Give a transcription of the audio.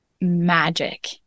magic